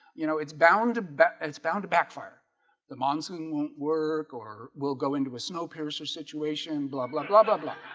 you know, it's bound to bet that's bound to backfire the monsoon won't work or we'll go into a snowpiercer situation bla bla bla bla bla